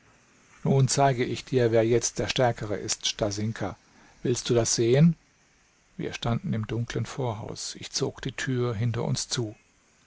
nun zeige ich dir wer jetzt der stärkere ist stasinka willst du das sehen wir standen im dunklen vorhaus ich zog die tür hinter uns zu